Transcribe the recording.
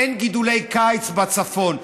אין גידולי קיץ בצפון.